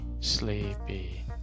sleepy